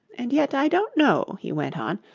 and yet i don't know he went on,